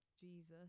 Jesus